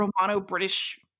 Romano-British